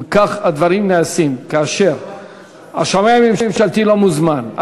אם כך הדברים נעשים כאשר השמאי הממשלתי לא מוזמן,